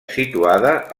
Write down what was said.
situada